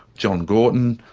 john gorton,